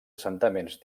assentaments